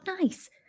nice